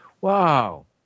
Wow